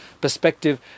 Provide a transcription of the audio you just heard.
perspective